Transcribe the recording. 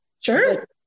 sure